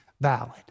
valid